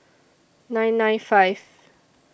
nine nine five